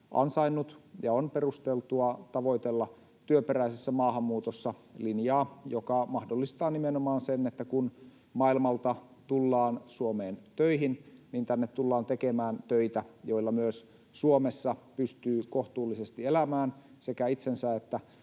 ansainnut. Ja on perusteltua tavoitella työperäisessä maahanmuutossa linjaa, joka mahdollistaa nimenomaan sen, että kun maailmalta tullaan Suomeen töihin, niin tänne tullaan tekemään töitä, joilla pystyy Suomessa myös kohtuullisesti elämään, sekä itsensä että